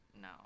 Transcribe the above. No